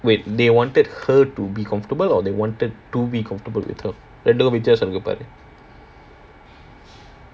wait they wanted her to be comfortable or they wanted to be comfortable with her ரெண்டுக்கும் வித்யாசம் இருக்கு பாரு:rendukkum vithiyaasam irukku paaru